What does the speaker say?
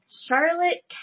Charlotte